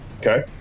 Okay